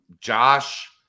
Josh